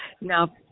Now